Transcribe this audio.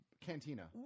Cantina